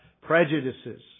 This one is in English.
prejudices